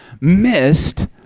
missed